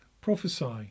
prophesy